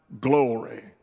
glory